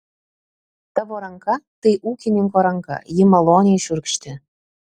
tavo ranka tai ūkininko ranka ji maloniai šiurkšti